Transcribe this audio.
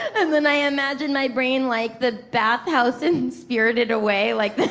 and then i imagine my brain like the bathhouse in spirited away, like.